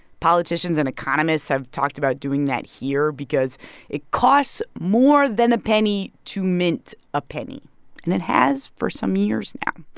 politicians and economists have talked about doing that here because it costs more than a penny to mint a penny and it has for some years now.